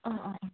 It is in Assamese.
অঁ অঁ